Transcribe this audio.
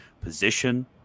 position